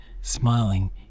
smiling